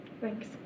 Thanks